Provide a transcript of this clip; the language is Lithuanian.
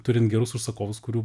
turint gerus užsakovus kurių